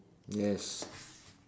yes